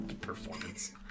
Performance